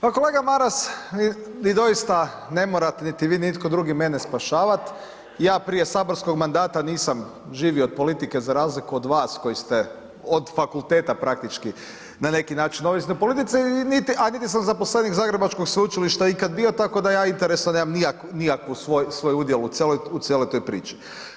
Pa kolega Maras, vi doista ne morate, niti vi, ni itko drugi mene spašavat, ja prije saborskog mandata nisam živio od politike za razliku od vas koji ste od fakulteta praktički na neki način ovisni o politici, a niti sam zaposlenik Zagrebačkog Sveučilišta ikad bio, tako da ja interesa nemam, nikakav svoj udjel u cijeloj toj priči.